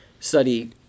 study